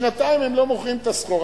שנתיים הם לא מוכרים את הסחורה,